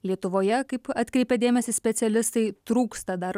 lietuvoje kaip atkreipia dėmesį specialistai trūksta dar